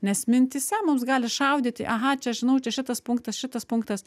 nes mintyse mums gali šaudyti aha čia žinau čia šitas punktas šitas punktas